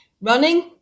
Running